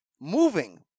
moving